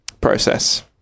process